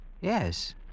Yes